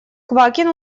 квакин